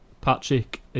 Patrick